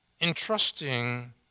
Entrusting